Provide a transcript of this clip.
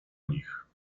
nich